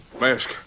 Mask